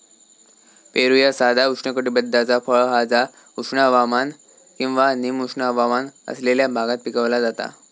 पेरू ह्या साधा उष्णकटिबद्धाचा फळ हा जा उष्ण हवामान किंवा निम उष्ण हवामान असलेल्या भागात पिकवला जाता